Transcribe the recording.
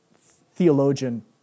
theologian